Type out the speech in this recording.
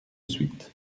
suite